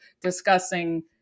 discussing